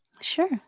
Sure